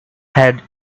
had